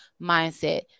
mindset